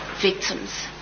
victims